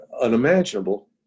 unimaginable